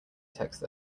text